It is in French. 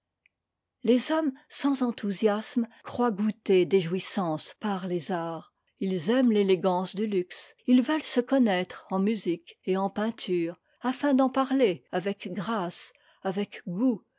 les hommes sans enthousiasme croient goûter des jouissances par les arts ils aiment l'élégance du luxe ils veulent se connaître en musique et en peinture afin d'en parier avec grâce avec goût